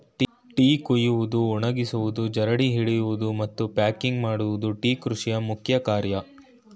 tea ಕುಯ್ಯುವುದು, ಒಣಗಿಸುವುದು, ಜರಡಿ ಹಿಡಿಯುವುದು, ಮತ್ತು ಪ್ಯಾಕಿಂಗ್ ಮಾಡುವುದು ಟೀ ಕೃಷಿಯ ಮುಖ್ಯ ಕಾರ್ಯ